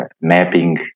mapping